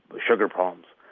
sugar problems?